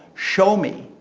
show me!